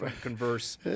converse